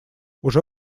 уже